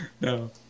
No